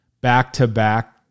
back-to-back